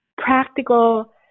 practical